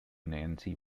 nancy